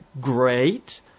great